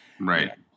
Right